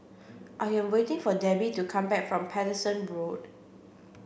I am waiting for Debbi to come back from Paterson Road